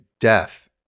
Death